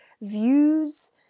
views